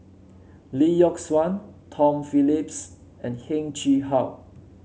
Lee Yock Suan Tom Phillips and Heng Chee How